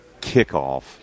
kickoff